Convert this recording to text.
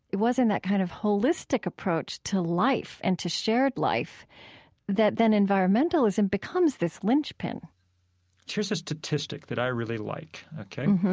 it was in that kind of holistic approach to life and to shared life that then environmentalism becomes this lynch pin here's a statistic that i really like, ok?